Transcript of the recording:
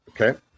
Okay